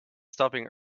stopping